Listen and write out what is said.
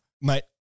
mate